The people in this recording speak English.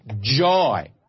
joy